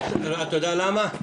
אתה יודע למה?